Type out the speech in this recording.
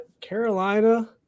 Carolina